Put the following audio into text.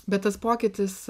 bet tas pokytis